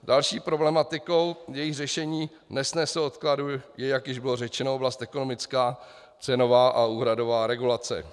Další problematikou, jejíž řešení nesnese odkladu, je, jak již bylo řečeno, oblast ekonomická, cenová a úhradová regulace.